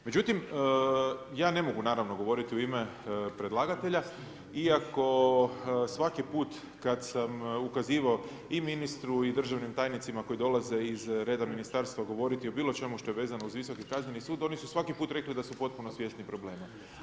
Međutim, ja ne mogu naravno govoriti u ime predlagatelja iako svaki put kada sam ukazivao i ministru i državnim tajnicima koji dolaze iz reda ministarstva govoriti o bilo čemu što je vezano uz Visoki kazneni sud, oni su svaki put rekli da su potpuno svjesni problema.